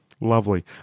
Lovely